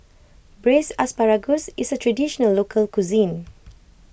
Braised Asparagus is a Traditional Local Cuisine